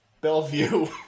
Bellevue